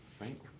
right